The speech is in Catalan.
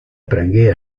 aprengué